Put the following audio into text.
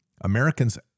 Americans